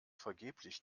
vergeblich